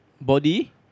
Body